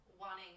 wanting